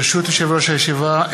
ברשות יושב-ראש הישיבה,